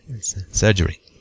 Surgery